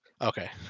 Okay